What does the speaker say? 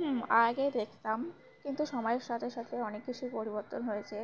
হুম আগে দেখতাম কিন্তু সময়ের সাথে সাথে অনেক কিছুই পরিবর্তন হয়েছে